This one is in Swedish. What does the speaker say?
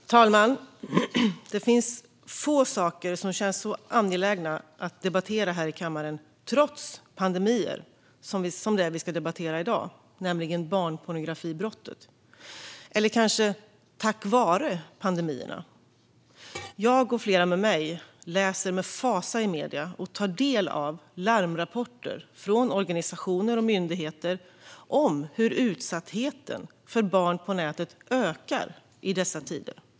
Fru talman! Det finns få saker som känns så angelägna att debattera här i kammaren som det vi ska debattera i dag, nämligen barnpornografibrottet, trots eller kanske tack vare pandemier. Jag och flera med mig läser med fasa i medierna och tar del av larmrapporter från organisationer och myndigheter om hur utsattheten för barn på nätet ökar i dessa tider.